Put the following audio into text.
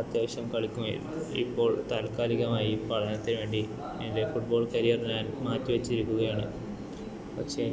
അത്യാവശ്യം കളിക്കുമായിരുന്നു ഇപ്പോൾ താല്കാലികമായി പഠനത്തിനുവേണ്ടി എൻ്റെ ഫൂട്ബോൾ കരിയർ ഞാൻ മാറ്റിവെച്ചിരിക്കുകയാണ് പക്ഷെ